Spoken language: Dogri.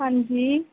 हां जी